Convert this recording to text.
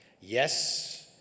Yes